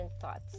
thoughts